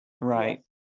right